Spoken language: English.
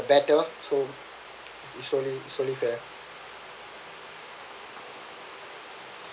better so it's only it's only fair